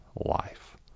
life